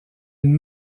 une